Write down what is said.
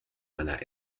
meiner